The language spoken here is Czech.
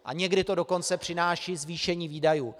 A někdy to dokonce přináší zvýšení výdajů.